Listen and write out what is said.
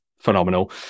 phenomenal